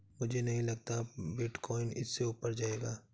मुझे नहीं लगता अब बिटकॉइन इससे ऊपर जायेगा